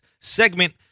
segment